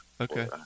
Okay